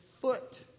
foot